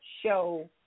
show